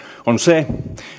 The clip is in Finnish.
on se